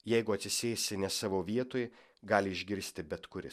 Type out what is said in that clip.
jeigu atsisėsi ne savo vietoj gali išgirsti bet kuris